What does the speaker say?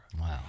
Wow